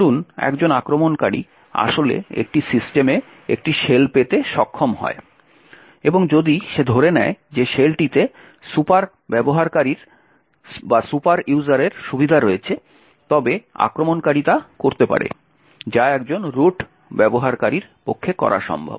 ধরুন একজন আক্রমণকারী আসলে একটি সিস্টেমে একটি শেল পেতে সক্ষম হয় এবং যদি সে ধরে নেয় যে শেলটিতে সুপার ব্যবহারকারীর সুবিধা রয়েছে তবে আক্রমণকারী তা করতে পারে যা একজন রুট ব্যবহারকারীর পক্ষে করা সম্ভব